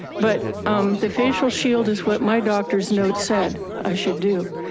but the facial shield is what my doctor's note said i should do.